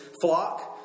flock